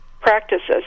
practices